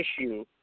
issue